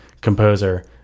composer